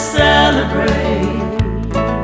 celebrate